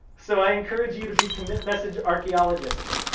so i encourage you to be commit message archeologists.